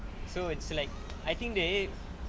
so it's like I think they